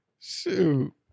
Shoot